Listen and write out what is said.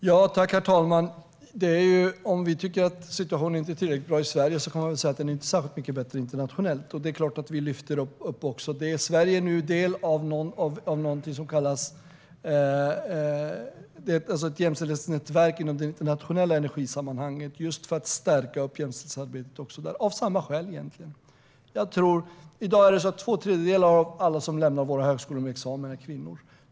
Herr talman! Vi tycker kanske att situationen inte är tillräckligt bra i Sverige, men man kan väl säga att den inte är särskilt mycket bättre internationellt. Det är klart att vi lyfter upp även detta. Sverige är del av ett jämställdhetsnätverk inom det internationella energisammanhanget just för att stärka jämställdhetsarbetet även där, och egentligen av samma skäl. I dag är två tredjedelar av alla som lämnar våra högskolor med examen kvinnor.